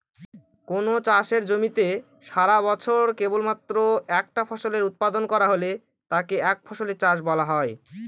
কোনো চাষের জমিতে সারাবছরে কেবলমাত্র একটা ফসলের উৎপাদন করা হলে তাকে একফসলি চাষ বলা হয়